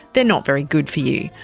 they're not very good for you,